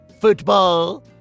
football